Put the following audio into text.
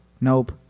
nope